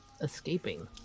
escaping